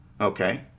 Okay